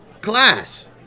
class